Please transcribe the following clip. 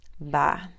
Bye